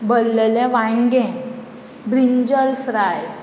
बल्लले वांयगे brinjal fry